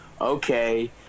Okay